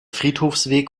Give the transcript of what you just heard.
friedhofsweg